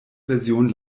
version